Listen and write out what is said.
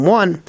one